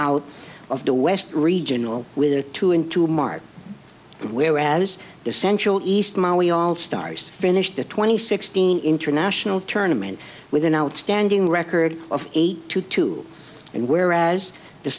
out of the west regional with the two into mark where as the central east mali all stars finished the twenty sixteen international tournaments with an outstanding record of eight two two and whereas the